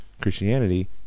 Christianity